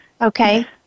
Okay